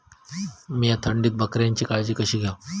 मीया थंडीत बकऱ्यांची काळजी कशी घेव?